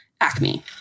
Acme